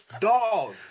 Dog